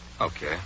Okay